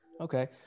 Okay